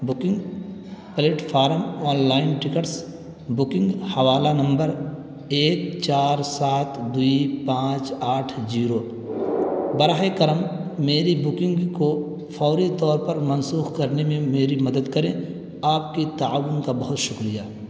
booking platform online tickets booking حوالہ نمبر ایک چار سات دو پانچ آٹھ جیرو براہِ کرم میری بکنگ کو فوری طور پر منسوخ کرنے میں میری مدد کریں آپ کی تعاون کا بہت شکریہ